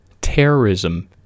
terrorism